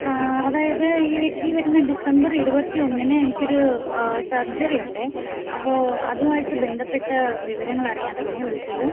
അതായത് ഈ ഈ വരുന്ന ഡിസംബർ ഇരുപത്തിയൊന്നിന് എനിക്ക് ഒരു സർജറി ഉണ്ടേ അപ്പോൾ അതും ആയിട്ട് ബന്ധപ്പെട്ട വിവരങ്ങൾ അറിയാൻ ആണേ വിളിച്ചത്